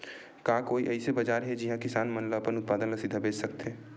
का कोई अइसे बाजार हे जिहां किसान मन अपन उत्पादन ला सीधा बेच सकथे?